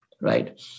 right